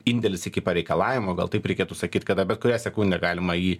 indėlis iki pareikalavimo gal taip reikėtų sakyt kada bet kurią sekundę galima jį